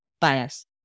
bias